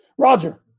Roger